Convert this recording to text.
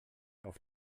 auf